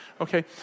Okay